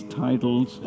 titles